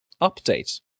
update